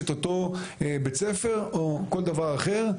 את אותו בית ספר או כל דבר אחר,